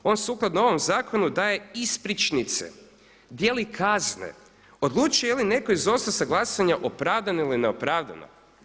On sukladno ovom zakonu daje ispričnice, dijeli kazne, odlučuje jeli netko izostao sa glasanja opravdano ili ne opravdano.